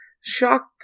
shocked